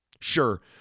Sure